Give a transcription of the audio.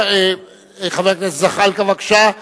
חבר הכנסת זחאלקה, בבקשה.